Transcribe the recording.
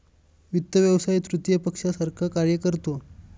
वित्त व्यवसाय तृतीय पक्षासारखा कार्य करतो